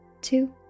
two